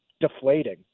deflating